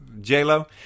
J-Lo